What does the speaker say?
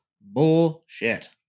Bullshit